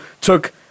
took